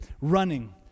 running